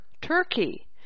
Turkey